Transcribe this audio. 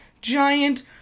Giant